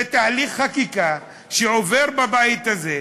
זה תהליך חקיקה שעובר בבית הזה,